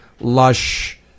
lush